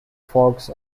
forks